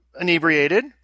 inebriated